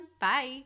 bye